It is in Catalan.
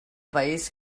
país